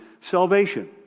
salvation